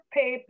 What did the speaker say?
pay